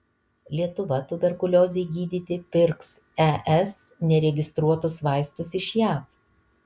lietuva tuberkuliozei gydyti pirks es neregistruotus vaistus iš jav